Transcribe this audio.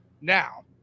Now